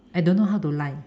I don't know how to lie